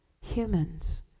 humans